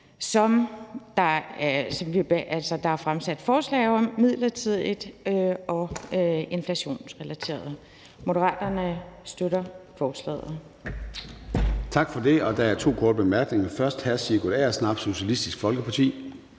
her måde fremsat forslag midlertidigt og inflationsrelateret. Moderaterne støtter forslaget.